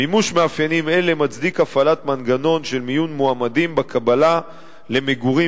מימוש מאפיינים אלה מצדיק הפעלת מנגנון של מיון מועמדים בקבלה למגורים